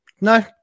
no